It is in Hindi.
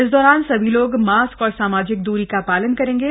इस दौरान सभी लोग मास्क और सामाजिक द्री का पालन करेंगे